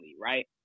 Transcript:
right